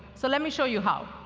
so let me show you how.